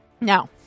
Now